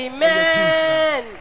Amen